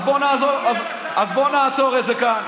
אז בוא נעצור את זה כאן.